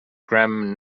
gram